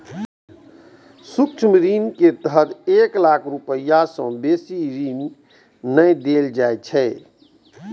सूक्ष्म ऋण के तहत एक लाख रुपैया सं बेसी ऋण नै देल जाइ छै